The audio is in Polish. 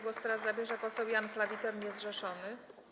Głos teraz zabierze poseł Jan Klawiter, niezrzeszony.